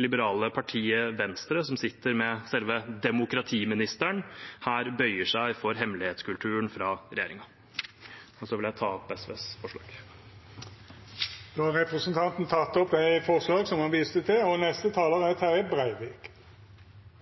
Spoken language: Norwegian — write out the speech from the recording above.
liberale partiet Venstre, som sitter med selve demokratiministeren, her bøyer seg for hemmelighetskulturen fra regjeringen. Så vil jeg ta opp SVs forslag. Representanten Freddy André Øvstegård har teke opp dei forslaga han refererte til. Takk til statsråden for ei grundig, god og tryggande utgreiing. Det er